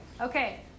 Okay